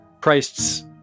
Christ's